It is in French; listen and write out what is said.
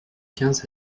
quinze